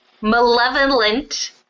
malevolent